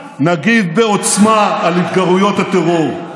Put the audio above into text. נגיב בעוצמה על התגרויות הטרור,